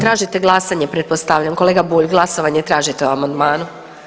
Tražite glasanje pretpostavljam kolega Bulj, glasovanje tražite o amandmanu?